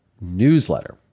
newsletter